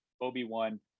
Obi-Wan